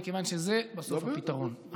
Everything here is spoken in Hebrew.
מכיוון שזה בסוף הפתרון.